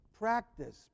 Practice